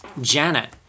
Janet